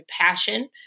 passion